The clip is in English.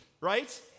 right